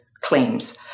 claims